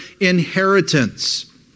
inheritance